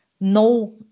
no